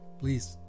please